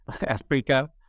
Africa